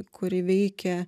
kuri veikia